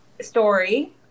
story